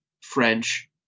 French